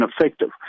ineffective